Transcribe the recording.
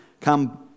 come